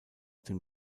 dem